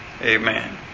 Amen